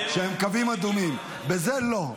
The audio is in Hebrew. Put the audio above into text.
הם קווים אדומים, בזה, לא.